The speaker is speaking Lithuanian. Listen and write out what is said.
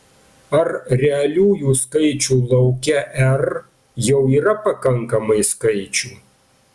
ar realiųjų skaičių lauke r jau yra pakankamai skaičių